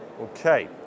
Okay